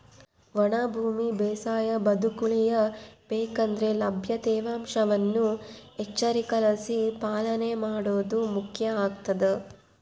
ಒಣ ಭೂಮಿ ಬೇಸಾಯ ಬದುಕುಳಿಯ ಬೇಕಂದ್ರೆ ಲಭ್ಯ ತೇವಾಂಶವನ್ನು ಎಚ್ಚರಿಕೆಲಾಸಿ ಪಾಲನೆ ಮಾಡೋದು ಮುಖ್ಯ ಆಗ್ತದ